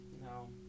No